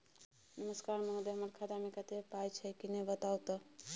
नमस्कार महोदय, हमर खाता मे कत्ते पाई छै किन्ने बताऊ त?